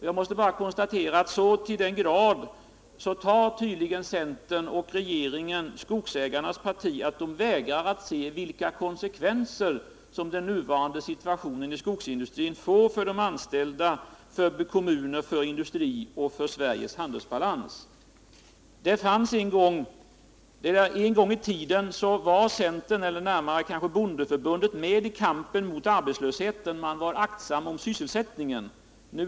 Jag måste bara konstatera att centern och regeringen tydligen till den grad tar skogsägarnas parti att de vägrar att se vilka konsekvenser som den nuvarande situationen inom skogsindustrin får för anställda, kommuner. industri och Sveriges handelsbalans. En gång i tiden var centern, eller kanske närmast bondeförbundet, med i kampen mot arbetslösheten. Man var aktsam om sysselsättningen.